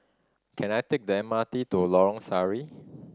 can I take the M R T to Lorong Sari